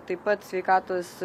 taip pat sveikatos